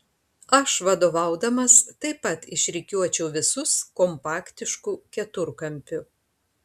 aš vadovaudamas taip pat išrikiuočiau visus kompaktišku keturkampiu